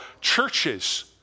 churches